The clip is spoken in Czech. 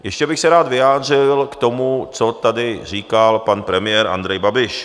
Ještě bych se rád vyjádřil k tomu, co tady říkal pan premiér Andrej Babiš.